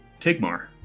Tigmar